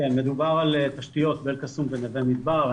כן, מדובר על תשתיות באל קסום ונווה מדבר.